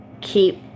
keep